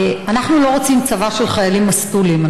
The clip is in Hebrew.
אנחנו לא רוצים צבא של חיילים מסטולים.